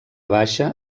baixa